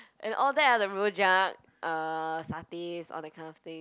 and all that are the rojak uh satays all that kind of thing